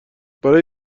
برای